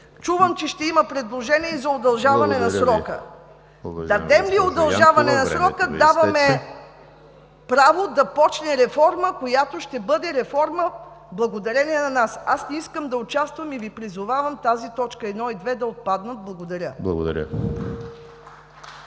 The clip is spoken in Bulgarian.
Чувам, че ще има предложение и за удължаване на срока. Дадем ли удължаване на срока, даваме право да започне реформа, която ще бъде реформа, благодарение на нас. Аз не искам да участвам и Ви призовавам точки 1 и 2 да отпаднат. Благодаря.